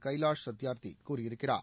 கைவாஷ் சத்தியார்த்தி கூறியிருக்கிறார்